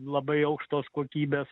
labai aukštos kokybės